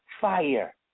fire